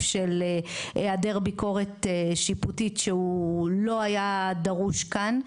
של היעדר ביקורת שיפוטית שהוא לא היה דרוש כאן,